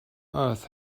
earth